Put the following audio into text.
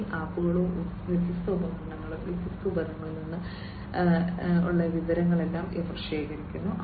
ഈ ആപ്പുകളും വ്യത്യസ്ത ഉപകരണങ്ങളും വ്യത്യസ്ത ഉപകരണങ്ങളിൽ നിന്ന് ഈ വ്യത്യസ്ത വിവരങ്ങളെല്ലാം അവർ ശേഖരിക്കുന്നു